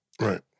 Right